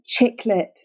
chiclet